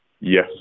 Yes